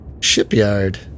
Shipyard